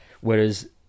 Whereas